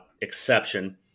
exception